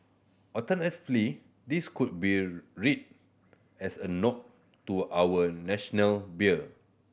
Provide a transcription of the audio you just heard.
alternatively this could be read as a nod to our National beer